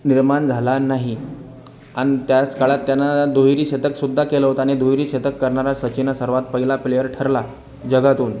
निर्माण झाला नाही आणि त्याच काळात त्यानं दुहेरी शतकसुद्धा केलं होतं आणि दुहेरी शतक करणारा सचिनच सर्वात पहिला प्लेअर ठरला जगातून